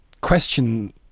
question